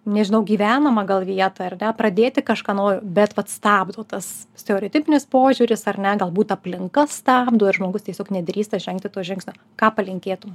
nežinau gyvenamą gal vietą pradėti kažką naujo bet vat stabdo tas stereotipinis požiūris ar ne galbūt aplinka stabdo ir žmogus tiesiog nedrįsta žengti to žingsnio ką palinkėtum